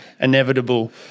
inevitable